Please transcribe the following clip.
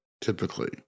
typically